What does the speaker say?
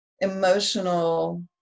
emotional